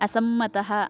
असम्मतः